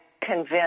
convince